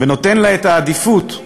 ונותן לה את העדיפות,